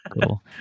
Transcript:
Cool